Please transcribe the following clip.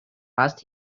first